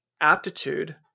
aptitude